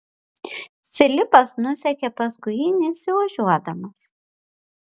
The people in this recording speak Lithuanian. filipas nusekė paskui jį nesiožiuodamas